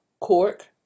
Cork